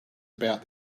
about